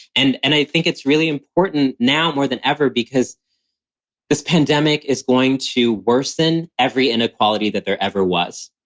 and and i think it's really important now more than ever because this pandemic is going to worsen every inequality that there ever was.